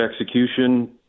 execution